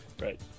Right